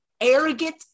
arrogant